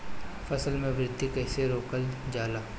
फसल के वृद्धि कइसे रोकल जाला?